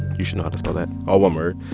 you should know how to spell that all one word.